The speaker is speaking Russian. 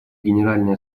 генеральной